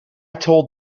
told